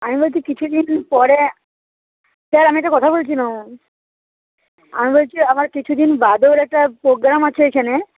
আমি বলছি কিছুদিন পরে স্যার আমি একটা কথা বলছিলাম আমি বলছি আবার কিছুদিন বাদে ওর একটা পোগ্রাম আছে এখানে